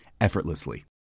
effortlessly